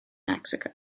mexico